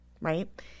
right